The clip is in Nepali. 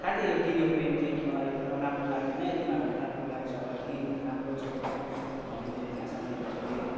साथी यो किन्यो पेन्ट किनेँ मलाई राम्रो लागेको थिएन यो तिमीहरूलाई राम्रो लाग्छ होला किन राम्रो छ एकदम भनेँ मैले होइन साथीहरूलाई पनि